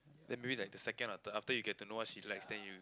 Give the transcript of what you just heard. then maybe like the second or third after you get to know what she likes then you